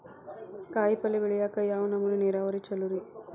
ಕಾಯಿಪಲ್ಯ ಬೆಳಿಯಾಕ ಯಾವ್ ನಮೂನಿ ನೇರಾವರಿ ಛಲೋ ರಿ?